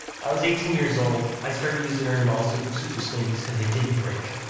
i was eighteen years old. i started using ernie and balls super slinkies because they didn't break.